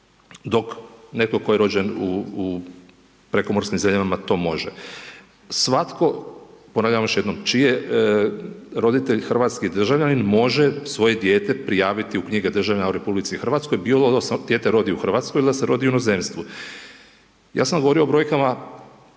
dok netko tko je rođen u prekomorskim zemljama to može. Svatko, ponavljam još jednom čiji je roditelj hrvatski državljanin može svoje dijete prijaviti u knjige državljana u RH, bilo da se dijete rodi u Hrvatskoj ili da se rodi u inozemstvu. Ja sam govorio o brojkama,